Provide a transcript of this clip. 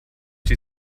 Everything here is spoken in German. die